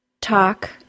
Talk